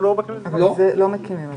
לא מקימים פה מרכז.